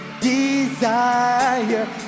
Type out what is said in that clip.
desire